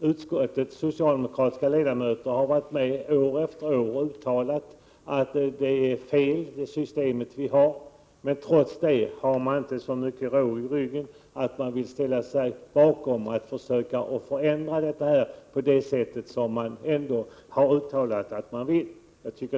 Utskottets socialdemokrater har år efter år uttalat att det system vi har är felaktigt. Trots det har ni inte så mycket råg i ryggen att ni vill ställa er bakom ett förslag till en sådan ändring som ni ändå har uttalat att ni vill ha!